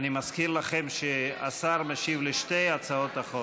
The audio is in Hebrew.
אני מזכיר לכם שהשר משיב על שתי הצעות החוק.